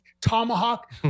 tomahawk